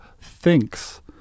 thinks